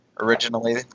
originally